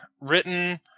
written